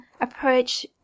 approach